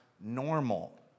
normal